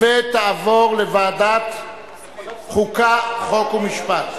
לוועדת החוקה, חוק ומשפט